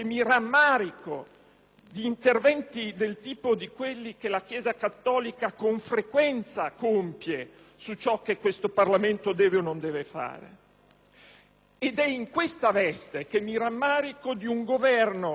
di interventi del tipo di quelli che la chiesa cattolica con frequenza compie su ciò che questo Parlamento deve o non deve fare. Ed è in questa veste che mi rammarico di un Governo